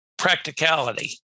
practicality